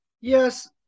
Yes